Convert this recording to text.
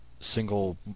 single